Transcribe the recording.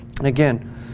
Again